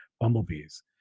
bumblebees